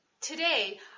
Today